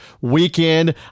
Weekend